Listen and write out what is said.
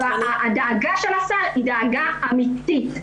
הדאגה של השר, היא דאגה אמתית.